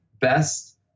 best